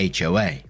HOA